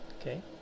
okay